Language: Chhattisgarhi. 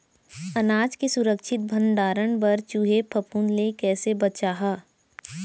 अनाज के सुरक्षित भण्डारण बर चूहे, फफूंद ले कैसे बचाहा?